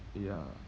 ya